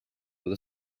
with